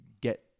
get